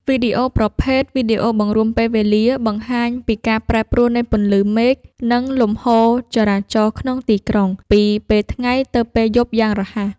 វីដេអូប្រភេទ វីដេអូបង្រួមពេលវេលា បង្ហាញពីការប្រែប្រួលនៃពន្លឺមេឃ និងលំហូរចរាចរណ៍ក្នុងទីក្រុងពីពេលថ្ងៃទៅពេលយប់យ៉ាងរហ័ស។